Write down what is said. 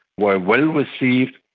were well received.